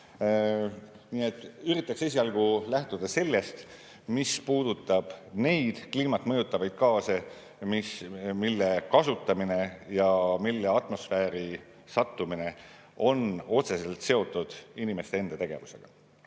Nii et üritaks esialgu lähtuda sellest, mis puudutab neid kliimat mõjutavaid gaase, mille kasutamine ja atmosfääri sattumine on otseselt seotud inimeste enda tegevusega.